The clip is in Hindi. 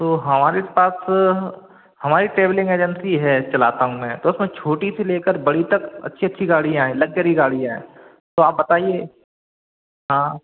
तो हमारे पास हमारी ट्रेवलिंग एजेंसी है चलाता हूँ मैं तो उसमें छोटी से ले कर बड़ी तक अच्छी अच्छी गाड़ियाँ हैं लक्जरी गाड़ियाँ हैं तो आप बताइए हाँ